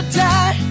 die